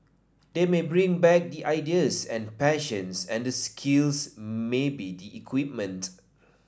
they may bring back the ideas and the passions and the skills maybe the equipment